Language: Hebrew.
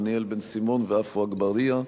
דניאל בן-סימון ועפו אגבאריה בנושא: